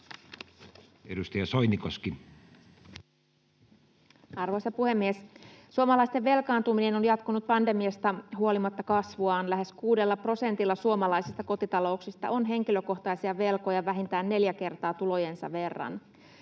18:05 Content: Arvoisa puhemies! Suomalaisten velkaantuminen on jatkanut pandemiasta huolimatta kasvuaan. Lähes 6 prosentilla suomalaisista kotitalouksista on henkilökohtaisia velkoja vähintään neljä kertaa tulojensa verran.